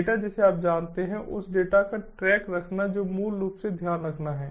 data जिसे आप जानते हैं उस डेटा का ट्रैक रखना जो मूल रूप से ध्यान रखना है